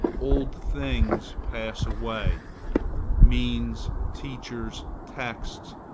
old things pass away means, teachers, texts,